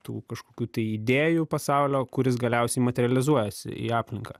tų kažkokių tai idėjų pasaulio kuris galiausiai materializuojasi į aplinką